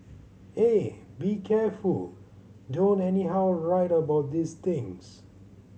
eh be careful don't anyhow write about these things